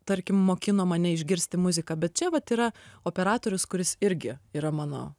tarkim mokino mane išgirsti muziką bet čia vat yra operatorius kuris irgi yra mano